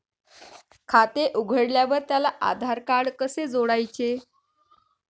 खाते उघडल्यावर त्याला आधारकार्ड कसे जोडायचे?